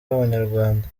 w’abanyarwanda